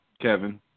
Kevin